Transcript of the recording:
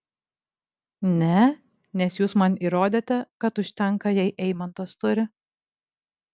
ne nes jūs man įrodėte kad užtenka jei eimantas turi